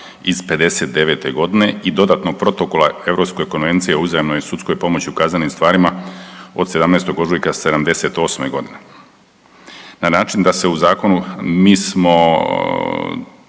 1959.g. i dodatnog protokola Europskoj konvenciji o uzajamnoj sudskoj pomoći u kaznenim stvarima od 17. ožujka 1978.g. na način da se u zakonu mi smo